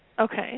Okay